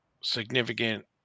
significant